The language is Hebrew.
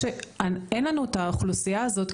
אין לנו את האוכלוסייה הזאת,